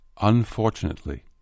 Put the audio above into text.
Unfortunately